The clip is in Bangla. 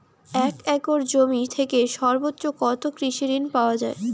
এক একর জমি থেকে সর্বোচ্চ কত কৃষিঋণ পাওয়া য়ায়?